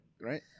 Right